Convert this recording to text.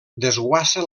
desguassa